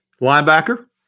Linebacker